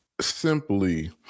simply